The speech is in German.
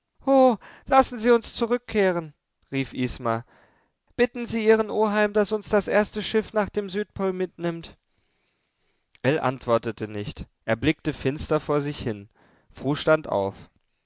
lassen sie uns zurückkehren rief isma bitten sie ihren oheim daß uns das erste schiff nach dem südpol mitnimmt ell antwortete nicht er blickte finster vor sich hin fru stand auf